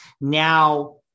Now